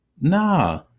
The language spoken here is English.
Nah